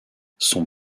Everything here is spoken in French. son